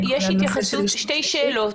שתי שאלות.